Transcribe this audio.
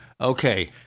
okay